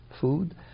food